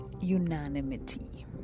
unanimity